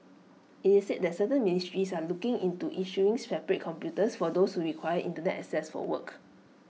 IT is said that certain ministries are looking into issuing separate computers for those who require Internet access for work